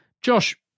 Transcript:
Josh